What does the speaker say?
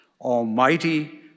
Almighty